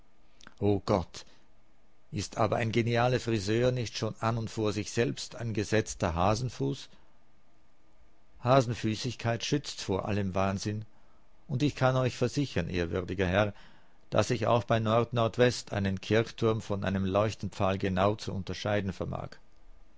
o gott ist aber ein genialer friseur nicht schon an und vor sich selbst ein gesetzter hasenfuß hasenfüßigkeit schützt vor allem wahnsinn und ich kann euch versichern ehrwürdiger herr daß ich auch bei nordnordwest einen kirchturm von einem leuchtenpfahl genau zu unterscheiden vermag